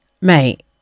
mate